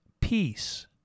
peace